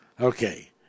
Okay